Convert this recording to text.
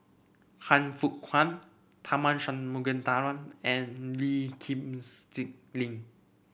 Han Fook Kwang Tharman Shanmugaratnam and Lee Kip Lin